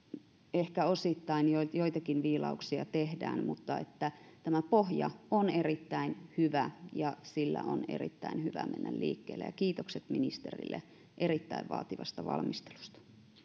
ehkä osittain joitakin viilauksia tehdään mutta tämä pohja on erittäin hyvä ja sillä on erittäin hyvä mennä liikkeelle kiitokset ministerille erittäin vaativasta valmistelusta